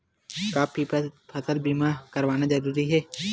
का फसल बीमा करवाना ज़रूरी हवय?